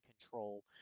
control